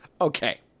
Okay